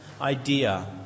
idea